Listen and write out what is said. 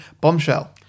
bombshell